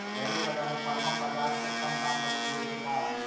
एग्रीबाजार में परमप बाजार से कम दाम पर मिल जैतै का?